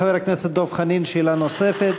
חבר הכנסת דב חנין, שאלה נוספת.